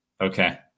okay